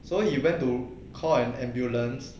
so he went to call an ambulance